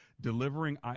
delivering